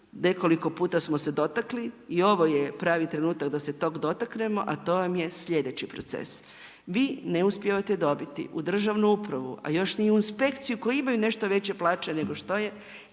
nekoliko puta smo se dotakli i ovo je pravi trenutak da se toga dotaknemo, a to vam je sljedeći proces. Vi ne uspijevate dobiti u državnu upravu, a još ni u inspekciju koji imaju nešto veće plaće nego što je